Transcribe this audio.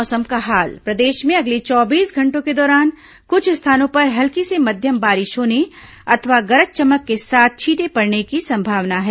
मौसम प्रदेश में अगले चौबीस घंटों के दौरान कृछ स्थानों पर हल्की से मध्यम बारिश होने अथवा गरज चमक के साथ छींटे पड़ने की संभावना है